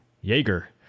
Jaeger